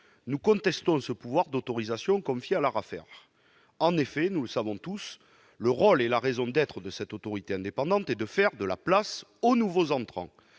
Nous contestons ce pouvoir d'autorisation confié à l'ARAFER. En effet, nous le savons tous, le rôle et la raison d'être de cette autorité indépendante sont de faire de la place aux nouveaux entrants.